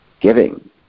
giving